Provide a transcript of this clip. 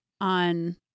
on